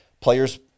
players